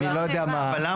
כמו שאמר